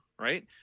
right